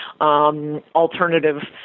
alternative